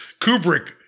Kubrick